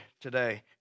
today